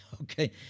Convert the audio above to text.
Okay